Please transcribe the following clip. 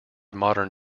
modern